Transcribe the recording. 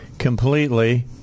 completely